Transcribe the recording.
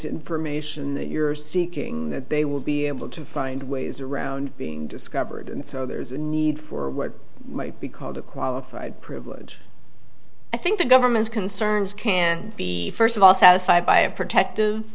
information that you're seeking that they will be able to find ways around being discovered and so there's a need for what might be called a qualified privilege i think the government's concerns can be first of all satisfied by a protective